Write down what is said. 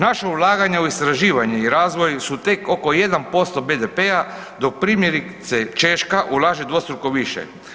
Naša ulaganja u istraživanje i razvoj su tek oko 1% BDP-a dok primjerice Češka ulaže dvostruko više.